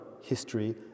history